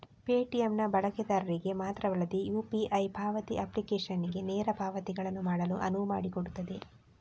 Paytm ನ ಬಳಕೆದಾರರಿಗೆ ಮಾತ್ರವಲ್ಲದೆ ಯು.ಪಿ.ಐ ಪಾವತಿ ಅಪ್ಲಿಕೇಶನಿಗೆ ನೇರ ಪಾವತಿಗಳನ್ನು ಮಾಡಲು ಅನುವು ಮಾಡಿಕೊಡುತ್ತದೆ